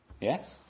yes